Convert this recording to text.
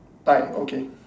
thigh okay